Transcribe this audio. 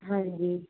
ਹਾਂਜੀ